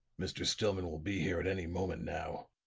mr. stillman will be here at any moment now,